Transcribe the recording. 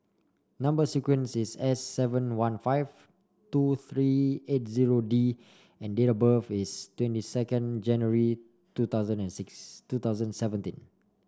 number sequence is S seven one five two three eight zero D and date of birth is twenty second January two thousand and six two thousand seventy